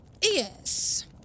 Yes